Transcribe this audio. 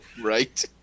Right